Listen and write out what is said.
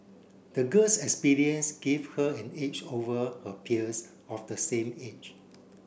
the girl's experience give her an edge over her peers of the same age